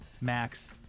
Max